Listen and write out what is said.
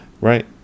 Right